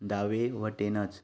दावे वटेनचें